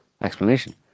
explanation